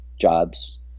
jobs